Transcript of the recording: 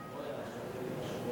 הצעת החוק